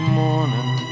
morning